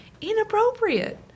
Inappropriate